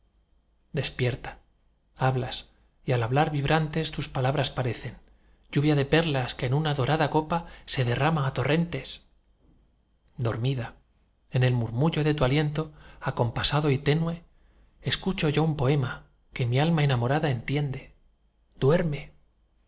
despierta hablas y al hablar vibrantes tus palabras parecen lluvia de perlas que en dorada copa se derrama á torrentes dormida en el murmullo de tu aliento acompasado y tenue escucho yo un poema que mi alma enamorada entiende duerme